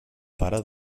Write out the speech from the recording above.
pare